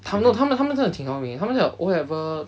他们他们他们真的挺聪明他们的 O level